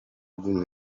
good